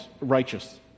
righteous